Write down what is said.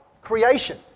creation